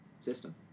system